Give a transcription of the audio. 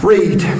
Read